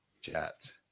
Chat